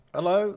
Hello